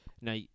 Now